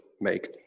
make